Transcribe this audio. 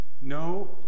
no